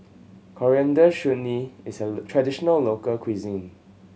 Coriander Chutney is a traditional local cuisine